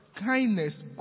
kindness